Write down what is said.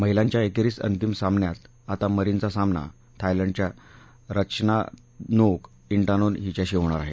महीलांच्या एकेरी अंतिम सामन्यात आता मरीनचा सामना थायलंडच्या रत्वानोक इंग्मोन हीच्याशी होणार आहे